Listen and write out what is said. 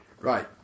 Right